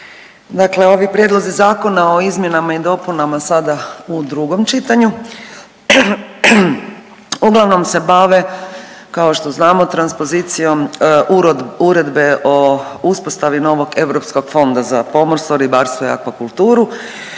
Dakle ovi prijedlozi Zakona o izmjenama i dopunama sada u drugom čitanju uglavnom se bave kao što znamo transpozicijom Uredbe o uspostavi novog Europskog fonda za pomorstvo, ribarstvo i akvakulturu